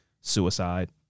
suicide